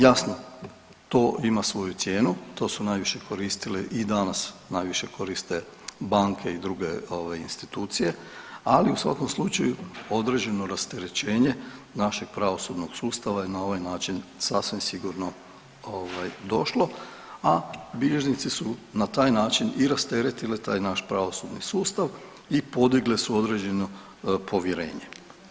Jasno to ima svoju cijenu, to su najviše koristili i danas najviše koriste banke i druge ovaj institucije, ali u svakom slučaju određeno rasterećenje našeg pravosudnog sustava je na ovaj način sasvim sigurno ovaj došlo, a bilježnici su na taj način i rasteretili taj naš pravosudni sustav i podigli su određeno povjerenje.